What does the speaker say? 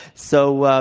so,